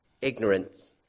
ignorance